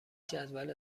جدول